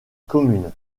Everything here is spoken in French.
commune